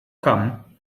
come